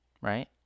right